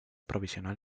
provisional